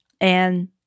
and-